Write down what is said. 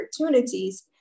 opportunities